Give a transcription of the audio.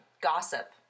Gossip